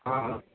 हँ हँ